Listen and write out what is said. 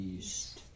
East